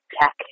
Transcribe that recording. tech